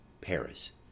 Paris